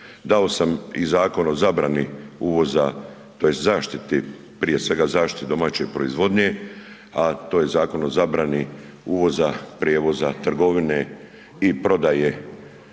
dao sam i Zakon o zabrani uvoza to jest zaštiti, prije svega zaštiti domaće proizvodnje, a to je Zakon o zabrani uvoza, prijevoza, trgovine i prodaje